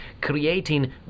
creating